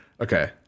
Okay